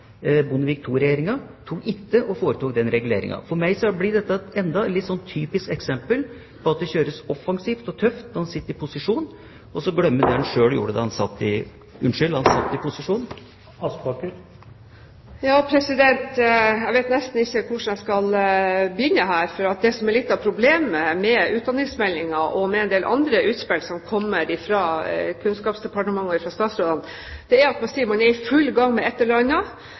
Bondevik II-regjeringa foretok ikke den reguleringen. For meg blir dette enda et typisk eksempel på at det kjøres offensivt og tøft når man sitter i opposisjon, og så glemmer man hva man selv gjorde da man satt i posisjon. Jeg vet nesten ikke hvordan jeg skal begynne her, for det som er litt av problemet med utdanningsmeldingen og med en del andre utspill som kommer fra Kunnskapsdepartementet og statsrådene, er at man sier at man er i full gang med